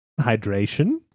hydration